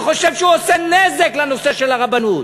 אני חושב שהוא עושה נזק לנושא של הרבנות.